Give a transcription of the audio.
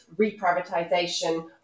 reprivatization